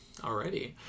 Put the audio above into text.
Alrighty